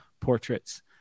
portraits